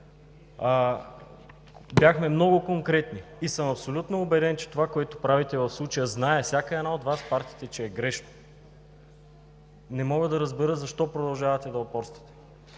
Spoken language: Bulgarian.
Бяхме много конкретни и съм абсолютно убеден, че това, което правите в случая, всяка една от партиите знае, че е грешно. Не мога да разбера защо продължавате да упорствате?!